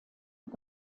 und